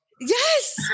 Yes